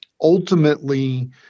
ultimately